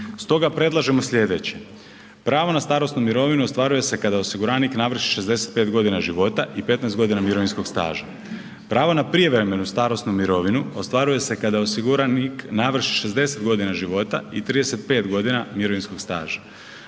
Stoga predlažemo slijedeće. Pravo na starosnu mirovinu ostvaruje se kada osiguranik navrši 65 godina života i 15 godina mirovinskog staža. Pravo na prijevremenu starosnu mirovinu ostvaruje se kada osiguranik navrši 60 godina života i 35 mirovinskog staža.